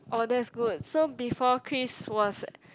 oh that's good so before Chris was